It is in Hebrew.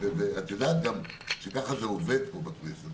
את יודעת גם שככה זה עובד פה בכנסת.